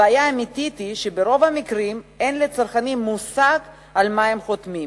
הבעיה האמיתית היא שברוב המקרים אין לצרכנים מושג על מה הם חותמים,